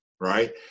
right